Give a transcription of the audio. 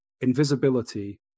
invisibility